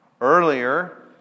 earlier